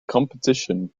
competition